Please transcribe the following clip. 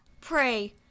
Pray